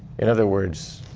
in other words,